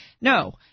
no